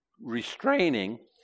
restraining